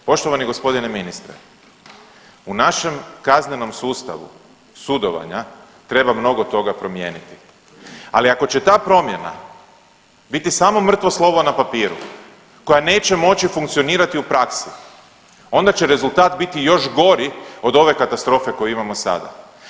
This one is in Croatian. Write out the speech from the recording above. Poštovani g. ministre, u našem kaznenom sustavu sudovanja treba mnogo toga promijeniti, ali ako će ta promjena biti samo mrtvo slovo na papiru koja neće moći funkcionirati u praksi onda će rezultat biti još gori od ove katastrofe koju imamo sada.